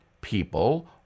people